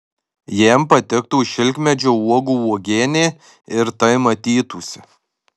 jam patiktų šilkmedžio uogų uogienė ir tai matytųsi